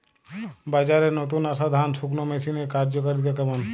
বাজারে নতুন আসা ধান শুকনোর মেশিনের কার্যকারিতা কেমন?